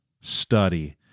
study